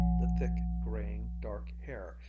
the thick, graying dark hair,